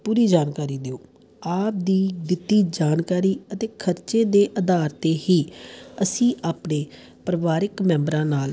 ਪੂਰੀ ਜਾਣਕਾਰੀ ਦਿਓ ਆਪ ਦੀ ਦਿੱਤੀ ਜਾਣਕਾਰੀ ਅਤੇ ਖਰਚੇ ਦੇ ਅਧਾਰ 'ਤੇ ਹੀ ਅਸੀਂ ਆਪਣੇ ਪਰਿਵਾਰਿਕ ਮੈਂਬਰਾਂ ਨਾਲ